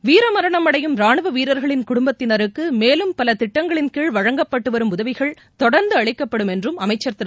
வீரமரணம் அடையும் ராணுவ வீரர்களின் குடும்பத்தினருக்கு மேலும் பல திட்டங்களின் கீழ் வழங்கப்பட்டு வரும் உதவிகள் தொடர்ந்து அளிக்கப்படும் என்றும் அமைச்சர் திரு